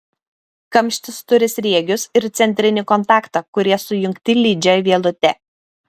kamštis turi sriegius ir centrinį kontaktą kurie sujungti lydžia vielute